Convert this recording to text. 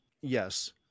Yes